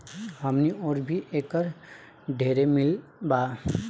हमनी ओर भी एकर ढेरे मील बा